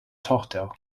tochter